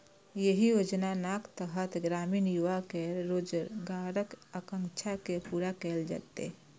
एहि योजनाक तहत ग्रामीण युवा केर रोजगारक आकांक्षा के पूरा कैल जेतै